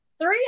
three